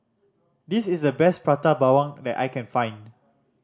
this is the best Prata Bawang that I can find